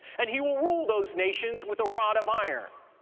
and he will rule those nations with a rod of iron,